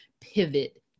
pivot